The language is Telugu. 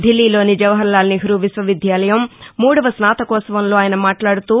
ఢిల్లీలోని జవహర్ లాల్ నెహూ విశ్వవిద్యాలయం మూడవ స్నాతకోత్సవంలో నిన్న ఆయన మాట్లాడుతూ